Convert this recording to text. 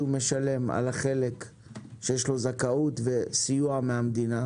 משלם על החלק שיש לו זכאות וסיוע מהמדינה